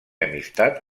amistad